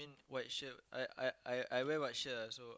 white shirt I I I I wear white shirt lah so